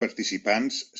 participants